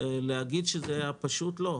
להגיד שזה היה פשוט לא.